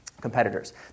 competitors